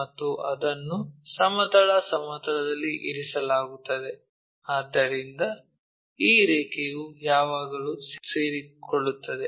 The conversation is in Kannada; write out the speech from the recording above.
ಮತ್ತು ಅದನ್ನು ಸಮತಲ ಸಮತಲದಲ್ಲಿ ಇರಿಸಲಾಗುತ್ತದೆ ಆದ್ದರಿಂದ ಈ ರೇಖೆಯು ಯಾವಾಗಲೂ ಸೇರಿಕೊಳ್ಳುತ್ತದೆ